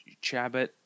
Chabot